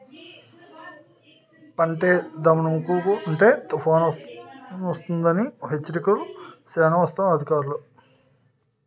పంటేద్దామనుకుంటే తుపానొస్తదని హెచ్చరికలు సేస్తన్నారు అధికారులు